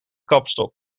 kapstok